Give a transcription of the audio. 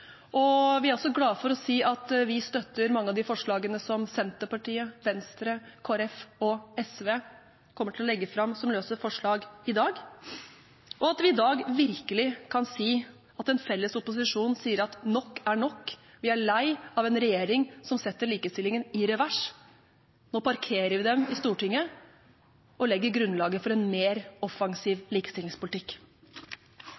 forslag. Vi er også glad for å si at vi støtter mange av de forslagene som Senterpartiet, Venstre, Kristelig Folkeparti og SV kommer til å legge fram som løse forslag i dag, og at vi i dag virkelig kan si at en felles opposisjon sier at nok er nok, vi er lei av en regjering som setter likestillingen i revers – nå parkerer vi dem i Stortinget og legger grunnlaget for en mer offensiv